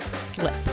slip